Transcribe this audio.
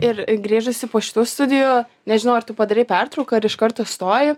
ir grįžusi po šitų studijų nežinau ar tu padarei pertrauką ar iš karto įstojo